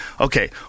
okay